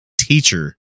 teacher